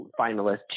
finalists